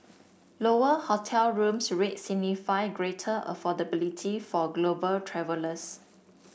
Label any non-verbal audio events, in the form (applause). lower hotel rooms rates (unintelligible) greater affordability for global travellers